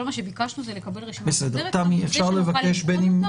כל מה שביקשנו זה לקבל רשימה מסודרת כדי שנוכל לבדוק אותה,